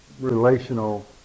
relational